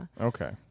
Okay